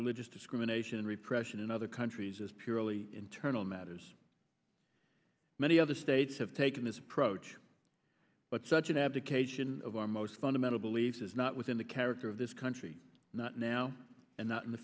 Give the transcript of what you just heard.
religious discrimination and repression in other countries as purely internal matters many other states have taken this approach but such an abdication of our most fundamental beliefs is not within the character of this country not now and not in the